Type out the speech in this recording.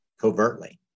covertly